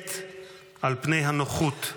באמת על פני הנוחות.